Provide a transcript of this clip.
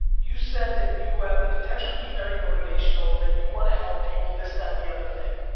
you said that you have the potential to be very motivational, that you wanna help people, this, that, the other thing,